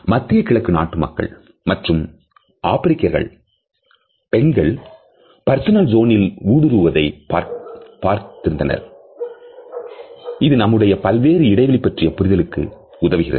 மத்திய கிழக்கு நாட்டு மக்கள் மற்றும் ஆப்பிரிக்கர்கள் பெண்கள் பர்சனல் ஜோனில் ஊடுருவுவதை பார்த்திருந்தனர் இது நம்முடைய பல்வேறு இடைவெளி பற்றிய புரிதலுக்கு உதவுகிறது